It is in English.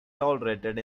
tolerated